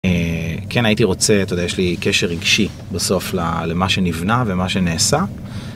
כן הייתי רוצה, אתה יודע, יש לי קשר רגשי בסוף למה שנבנה ומה שנעשה